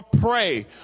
pray